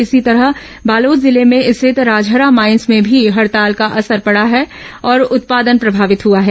इसी तरह बालोद जिले में स्थित राजहरा माइंस में भी हड़ताल का असर पड़ा और उत्पादन प्रभावित हआ है